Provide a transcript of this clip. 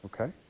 Okay